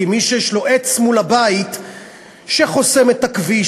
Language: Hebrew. כי מי שיש לו עץ מול הבית שחוסם את הכביש